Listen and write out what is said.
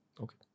Okay